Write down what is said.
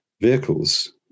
vehicles